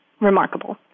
remarkable